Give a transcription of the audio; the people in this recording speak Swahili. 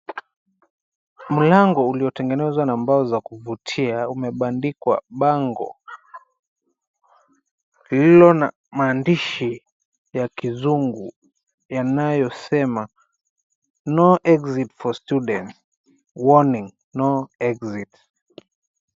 Mlango uliotengenezwa na mbao za kuvutia, umebandikwa bango lililo na maandishi ya kizungu yanayosema No Exit for Students, Warning No Exit.